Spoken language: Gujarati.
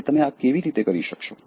હવે તમે આ કેવી રીતે કરી શકશો